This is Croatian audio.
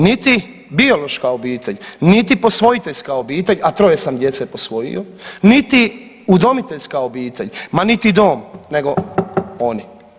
Niti biološka obitelj, niti posvojiteljska obitelj, a troje sam djece posvojio, niti udomiteljska obitelj, ma niti dom nego oni.